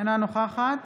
אינה נוכחת